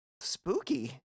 spooky